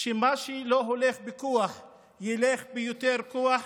שמה שלא הולך בכוח ילך ביותר כוח,